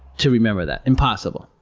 to remember that. impossible.